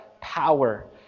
power